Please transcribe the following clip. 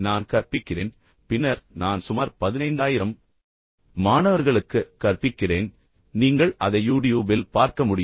நான் கற்பிக்கிறேன் பின்னர் நான் சுமார் 15000 மாணவர்களுக்கு கற்பிக்கிறேன் நீங்கள் அதை யூடியூபில் பார்க்க முடியும்